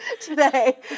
today